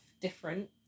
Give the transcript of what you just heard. different